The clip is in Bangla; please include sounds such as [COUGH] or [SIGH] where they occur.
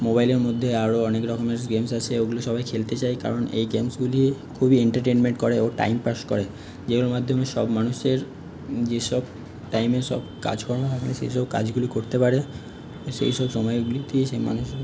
মোবাইলের মধ্যে আরও অনেক রকমের গেমস আছে ওগুলো সবাই খেলতে চায় কারণ এই গেমসগুলি খুবই এন্টারটেনমেন্ট করে ও টাইম পাস করে যেগুলোর মাধ্যমে সব মানুষের যেসব টাইমের সব কাজকর্ম [UNINTELLIGIBLE] সেই সব কাজগুলি করতে পারে সেই সব সময়গুলি দিয়ে সেই মানুষগুলি